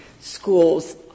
schools